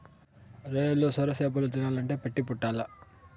రొయ్యలు, సొరచేపలు తినాలంటే పెట్టి పుట్టాల్ల